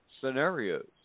scenarios